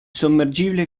sommergibile